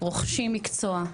רוכשים מקצוע,